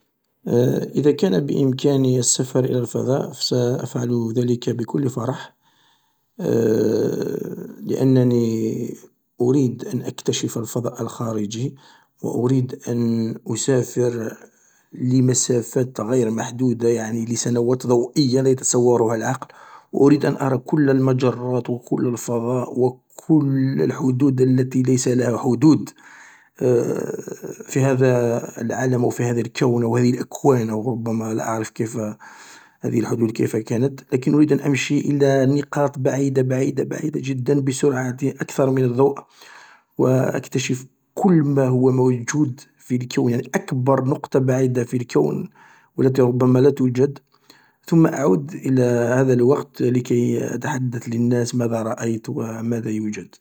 إذا كان بإمكاني السفر إلى الفضاء سأفعل ذلك بكل فرح لأنني اريد أن أكتشف الفضاء الخارجي و أريد ان أسافر لمسافات غير محدودة يعني لسنوات ضوئية لا يتصورها العقل و أريد أن أرى كل المجرات و كل الفضاء و كل الحدود التي ليس لها حدود في هذا العالم أو في هذا الكون او في هذه الأكوان او ربما لا اعرف هذه الحدود كيف كانت لكن أريد أن أمشي الى نقاط بعيدة بعيدة بعيدة جدا بسرعة أكثر من الضوء و أكتشف كل ما هو موجود في الكون يعني أكبر نقطة بعيدة في الكون و التي ربما لا توجد ثم أعود لهذا الوقت لكي أتحدث للناس ماذا رأيت و ماذا يوجد.